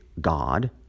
God